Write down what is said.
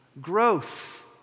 growth